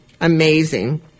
Amazing